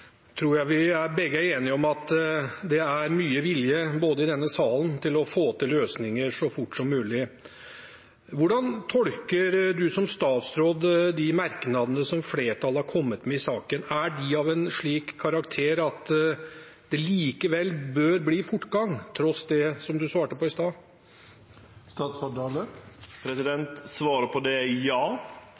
Jeg tror vi begge er enige om at det er mye vilje, også i denne salen, til å få til løsninger så fort som mulig. Hvordan tolker statsråden de merknadene som flertallet har kommet med i saken? Er de av en slik karakter at det bør bli fortgang, til tross for det statsråden svarte i stad? Svaret på det er ja,